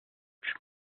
plus